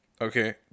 okay